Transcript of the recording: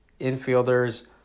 infielders